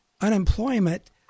unemployment